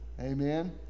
amen